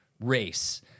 race